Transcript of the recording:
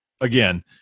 again